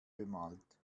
bemalt